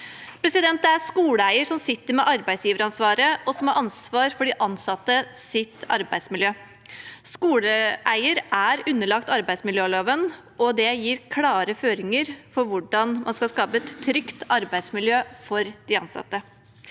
Det er skoleeieren som sitter med arbeidsgiveransvaret, og som har ansvar for de ansattes arbeidsmiljø. Skoleeieren er underlagt arbeidsmiljøloven, og dengir klare føringer for hvordan man skal skape et trygt arbeidsmiljø for de ansatte.